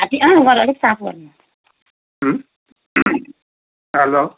hello